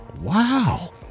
Wow